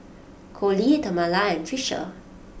Colie Tamela and Fisher